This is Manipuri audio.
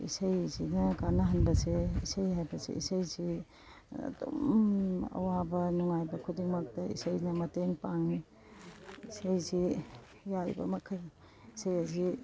ꯏꯁꯩꯁꯤꯅ ꯀꯥꯟꯅꯍꯟꯕꯁꯦ ꯏꯁꯩ ꯍꯥꯏꯕꯁꯦ ꯏꯁꯩꯁꯤ ꯑꯗꯨꯝ ꯑꯋꯥꯕ ꯅꯨꯡꯉꯥꯏꯕ ꯈꯨꯗꯤꯡꯃꯛꯇ ꯏꯁꯩꯅ ꯃꯇꯦꯡ ꯄꯥꯡꯏ ꯏꯁꯩꯁꯤ ꯌꯥꯔꯤꯕ ꯃꯈꯩ ꯏꯁꯩ ꯑꯁꯤ